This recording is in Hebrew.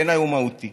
בעיניי הוא מהותי.